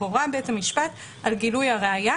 "הורה בית המשפט על גילוי הראיה,